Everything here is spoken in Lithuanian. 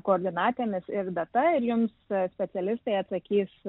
koordinatėmis ir datan ir jums specialistai atsakys